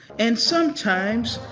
and sometimes,